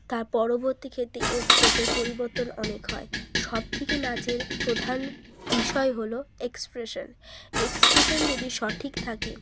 তার পরবর্তী ক্ষেত্রে এ স্টেপের পরিবর্তন অনেক হয় সবথেকে নাচের প্রধান বিষয় হলো এক্সপ্রেশান এক্সপ্রেশান যদি সঠিক থাকে